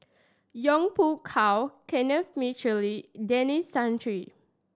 Yong Pung How Kenneth Mitchelly Denis Santry